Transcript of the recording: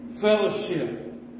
Fellowship